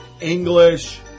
English